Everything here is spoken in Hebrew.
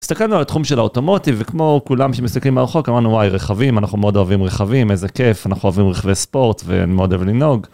הסתכלנו על התחום של האוטומטיב וכמו כולם שמסתכלים הרחוק אמרנו היי רכבים אנחנו מאוד אוהבים רכבים איזה כיף אנחנו אוהבים רכבי ספורט ומאוד אוהב לנהוג.